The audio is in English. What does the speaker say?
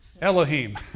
Elohim